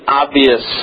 obvious